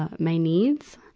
ah my needs.